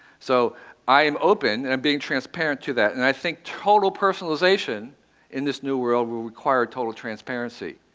so i am open, and being transparent to that. and i think total personalization in this new world will require total transparency.